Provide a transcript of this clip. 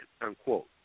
unquote